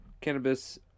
Cannabis